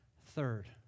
third